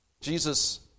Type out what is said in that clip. Jesus